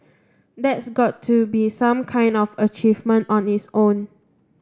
that's got to be some kind of achievement on its own